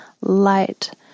light